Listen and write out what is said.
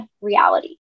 reality